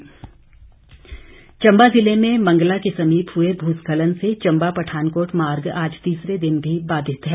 भूखखलन चम्बा जिले में मंगला के समीप हुए भूस्खलन से चम्बा पठानकोट मार्ग आज तीसरे दिन भी बाधित है